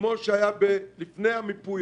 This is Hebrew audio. שהיה לפני המיפוי